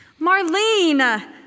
Marlene